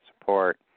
support